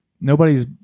nobody's